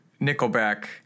Nickelback